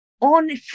On